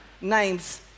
names